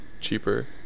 cheaper